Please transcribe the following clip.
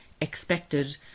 expected